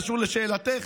קשור לשאלתך,